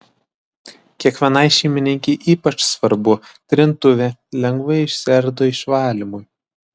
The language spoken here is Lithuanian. kiekvienai šeimininkei ypač svarbu trintuvė lengvai išsiardo išvalymui